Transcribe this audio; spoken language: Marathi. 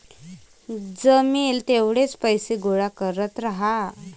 जमेल तेवढे पैसे गोळा करत राहा